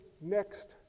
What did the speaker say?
next